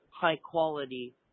high-quality